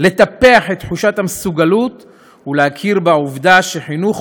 לטפח את תחושת המסוגלות ולהכיר בעובדה שחינוך